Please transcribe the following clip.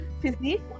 physique